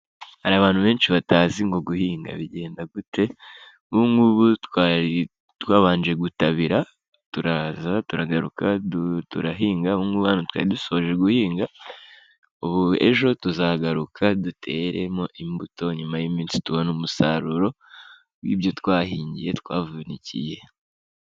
Hari abantu benshi batazi ngo guhinga bigenda gute. Nk'ubu ngubu twari twabanje gutabira, turaza turagaruka turahinga, ubu ngubu hano twari dusoje guhinga, ubu ejo tuzagaruka duteremo imbuto, nyuma y'iminsi tubone umusaruro w'ibyo twahingiye, twavunikiye.